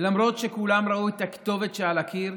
למרות שכולם ראו את הכתובת שעל הקיר,